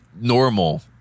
normal